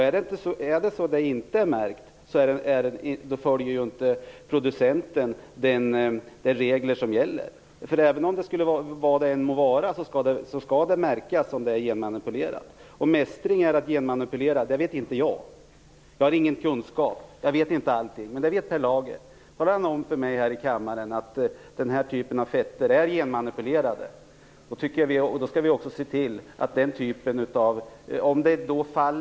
Är den inte märkt följer inte producenten de regler som gäller. Vad det än må vara skall produkten märkas om den genmanipulerats. Huruvida omestring innebär genmanipulation vet jag inte. Jag har ingen kunskap. Jag vet inte allting. Men det vet Per Lager. Om han kan tala om för mig här i kammaren att denna typ av fetter är genmanipulerade skall vi också försöka se till att det syns på förpackningen.